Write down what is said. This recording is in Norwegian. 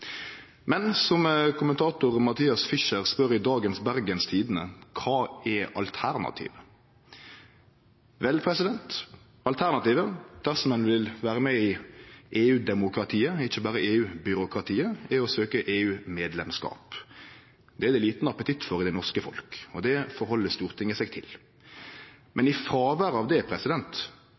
Men – som kommentator Mathias Fischer spør i dagens Bergens Tidende – kva er alternativet? Vel, alternativet dersom ein vil vere med i EU-demokratiet, ikkje berre i EU-byråkratiet, er å søkje EU-medlemskap. Det er det liten appetitt for i det norske folk, og det held Stortinget seg til. Men i fråvær av det